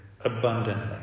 abundantly